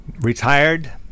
retired